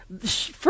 first